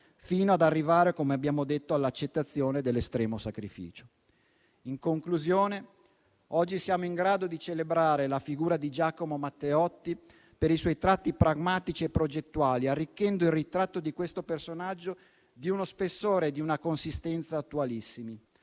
fino ad arrivare, come abbiamo detto, all'accettazione dell'estremo sacrificio. In conclusione, oggi siamo in grado di celebrare la figura di Giacomo Matteotti per i suoi tratti pragmatici e progettuali, arricchendo il ritratto di questo personaggio di uno spessore e di una consistenza attualissima.